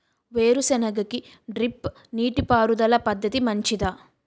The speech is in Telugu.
వేరుసెనగ కి డ్రిప్ నీటిపారుదల పద్ధతి మంచిదా?